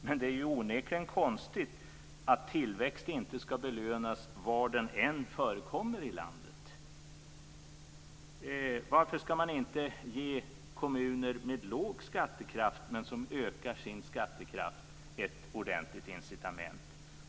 Men det är ju onekligen konstigt att tillväxt inte ska belönas var den än förekommer i landet. Varför ska man inte ge kommuner med låg skattekraft men som ökar sin skattekraft ett ordentligt incitament?